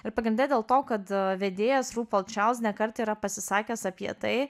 ir pagrinde dėl to kad vedėjas rū pol čarlz ne kartą yra pasisakęs apie tai